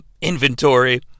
inventory